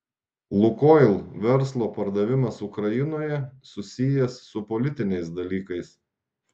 lukoil verslo pardavimas ukrainoje susijęs su politiniais dalykais